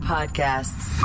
Podcasts